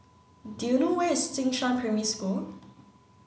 do you know where is Jing Shan Primary School